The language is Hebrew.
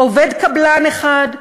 עובד קבלן אחד,